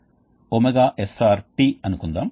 కాబట్టి ఈ రకమైన హీట్ ఎక్స్ఛేంజర్స్ ను రికపరేటర్స్ అంటారు